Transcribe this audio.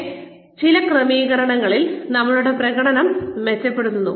പക്ഷേ ചില ക്രമീകരണങ്ങളിൽ നമ്മളുടെ പ്രകടനം മെച്ചപ്പെടുന്നു